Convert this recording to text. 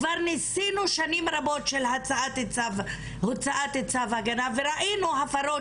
כבר ניסינו שנים רבות של הוצאת צו הגנה וראינו הפרות